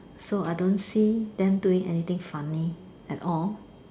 so I don't see them doing anything funny at all